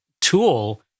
tool